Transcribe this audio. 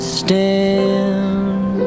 stand